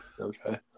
Okay